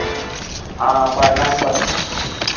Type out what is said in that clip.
हँ पहचान पत्र